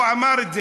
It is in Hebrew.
הוא אמר את זה,